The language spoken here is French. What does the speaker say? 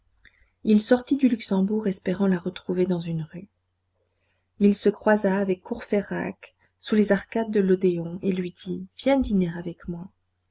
il sortit du luxembourg espérant la retrouver dans une rue il se croisa avec courfeyrac sous les arcades de l'odéon et lui dit viens dîner avec moi